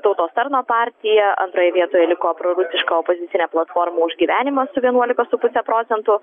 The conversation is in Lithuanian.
tautos tarno partiją antroje vietoje liko prorusiška opozicinė platforma už gyvenimą su vienuolika su puse procento